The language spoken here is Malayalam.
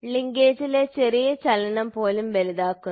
ലിങ്കേജിലെ ചെറിയ ചലനം പോലും വലുതാക്കുന്നു